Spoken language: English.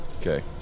Okay